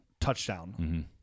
touchdown